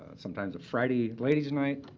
sometimes a friday ladies night,